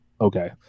Okay